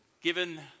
Given